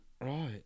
Right